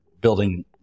building